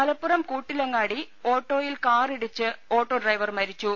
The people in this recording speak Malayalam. മലപ്പുറം കൂട്ടിലങ്ങാടി ഓട്ടോയിൽ കാറിടിച്ച് ഓട്ടോ ഡ്രൈവർ മരിച്ചു